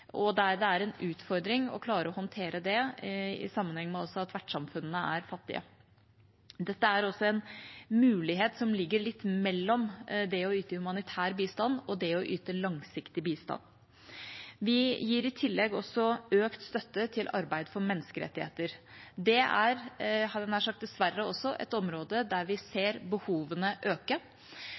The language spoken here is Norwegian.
det er en utfordring å klare å håndtere det i sammenheng med at vertssamfunnene også er fattige. Dette er også en mulighet som ligger litt mellom det å yte humanitær bistand og det å yte langsiktig bistand. Vi gir i tillegg også økt støtte til arbeidet for menneskerettigheter. Det er dessverre også et område der vi ser behovene øke.